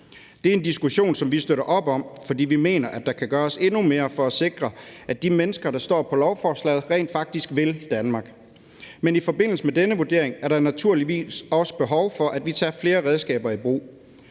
Det er en diskussion, som vi støtter op om, fordi vi mener, der kan gøres endnu mere for at sikre, at de mennesker, der står på lovforslaget, rent faktisk vil Danmark. Men i forbindelse med denne vurdering er der naturligvis også behov for, at vi tager flere redskaber i brug.